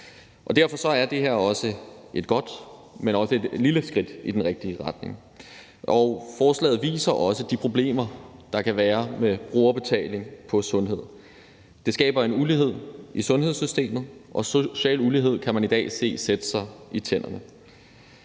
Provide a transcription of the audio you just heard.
Derfor er det her også et godt, men også et lille skridt i den rigtige retning. Forslaget peger også på de problemer, der kan være med brugerbetaling på sundhed. Det skaber en ulighed i sundhedssystemet, og social ulighed kan man i dag se sætte sig i tænderne.